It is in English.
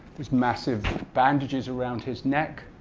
there's massive bandages around his neck.